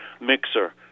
mixer